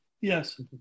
Yes